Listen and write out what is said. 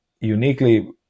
uniquely